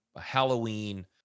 Halloween